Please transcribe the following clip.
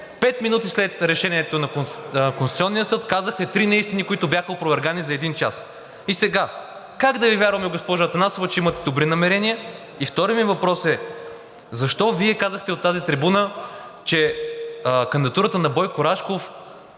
Пет минути след решението на Конституционния съд казахте три неистини, които бяха опровергани за един час. И сега, как да Ви вярваме, госпожо Атанасова, че имате добри намерения? И вторият ми въпрос е защо Вие казахте от тази трибуна, че кандидатурата на Бойко Рашков